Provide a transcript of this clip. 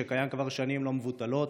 שקיים כבר שנים לא מבוטלות